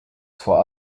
for